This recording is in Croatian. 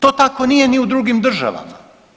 To tako nije ni u drugim državama.